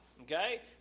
okay